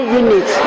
unit